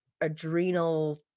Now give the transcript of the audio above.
adrenal